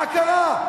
מה קרה?